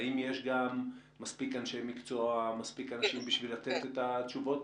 האם יש גם מספיק אנשי מקצוע בשביל לתת את התשובות?